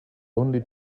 only